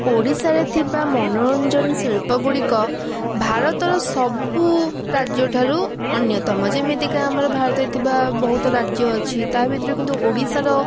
ଓଡ଼ିଶାରେ ଥିବା ମନୋରଞ୍ଜନ ଶିଳ୍ପଗୁଡ଼ିକ ଭାରତ ସବୁ ରାଜ୍ୟଠାରୁ ଅନ୍ୟତମ ଯେମିତିକା ଆମ ଭାରତରେ ଥିବା ବହୁତ ରାଜ୍ୟ ଅଛି ତା ଭିତରୁ କିନ୍ତୁ ଓଡ଼ିଶାର